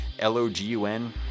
L-O-G-U-N